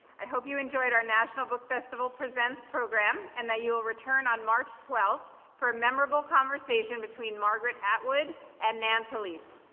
i hope you enjoyed our national book festival presents program and that you will return on march twelfth for a memorable conversation between margret atwood and nan talese.